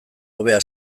hobea